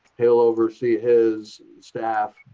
he'll oversee his staff,